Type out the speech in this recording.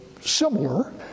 similar